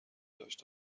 داشت